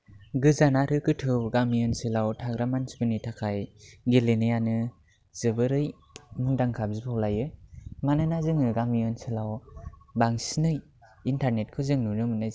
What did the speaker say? गोजान आरो गोथौ गामि ओनसोलाव थाग्रा मानसिफोरनि थाखाय गेलेनायानो जोबोरै मुंदांखा बिहुं लायो मानोना जोङो गामि ओनसोलाव बांसिनै इन्टारनेटखौ जों नुनो मोननाय जाया